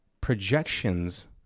projections